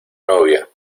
novia